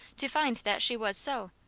to find that she was so.